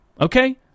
okay